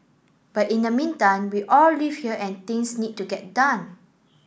but in the meantime we all live here and things need to get done